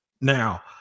Now